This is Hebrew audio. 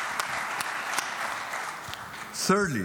ישראל.